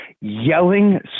yelling